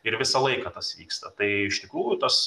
ir visą laiką tas vyksta tai iš tikrųjų tas